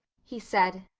he said,